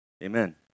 Amen